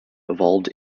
evolved